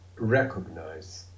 recognize